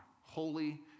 holy